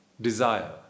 desire